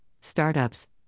startups